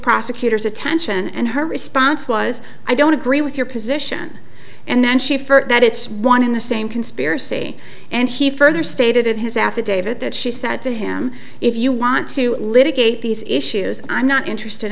prosecutor's attention and her response was i don't agree with your position and then she further that it's one in the same conspiracy and he further stated in his affidavit that she said to him if you want to litigate these issues i'm not interested